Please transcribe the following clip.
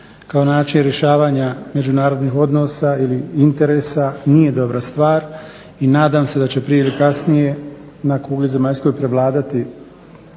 kao način rješavanja međunarodnih odnosa ili interesa nije dobra stvar i nadam se da će prije ili kasnije na kugli zemaljskoj prevladati